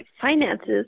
finances